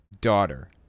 daughter